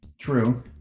True